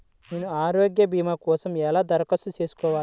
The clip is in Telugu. నేను ఆరోగ్య భీమా కోసం ఎలా దరఖాస్తు చేసుకోవాలి?